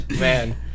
Man